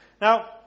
Now